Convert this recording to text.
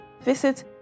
visit